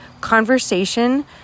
conversation